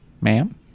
Ma'am